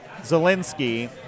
Zelensky